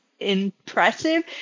impressive